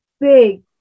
big